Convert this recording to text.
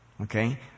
Okay